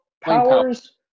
powers